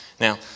Now